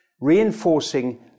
reinforcing